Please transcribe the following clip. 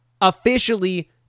officially